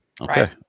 Okay